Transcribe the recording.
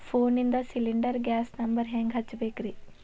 ಫೋನಿಂದ cylinder gas number ಹೆಂಗ್ ಹಚ್ಚ ಬೇಕ್ರಿ?